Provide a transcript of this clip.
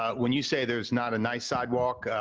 when you say there's not a nice sidewalk,